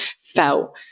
felt